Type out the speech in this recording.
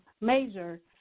major